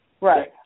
Right